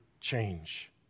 change